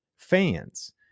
fans